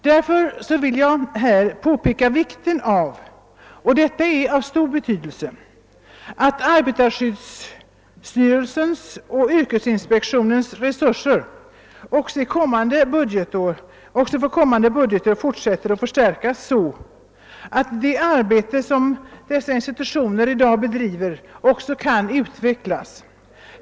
Därför vill jag påpeka att det har stor betydelse att arbetarskyddsstyrelsens och yrkesinspektionens resurser också för kommande budgetår fortsätter att förstärkas så att det arbete som dessa institutioner i dag bedriver också kan utvecklas.